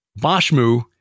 Bashmu